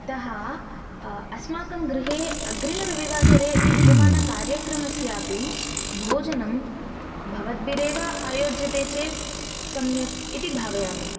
अतः अस्माकं गृहे अग्रिमरविवासरे विद्यमानकार्यक्रमस्यापि भोजनं भवद्भिरेव आयोज्यते चेत् सम्यक् इति भावयामि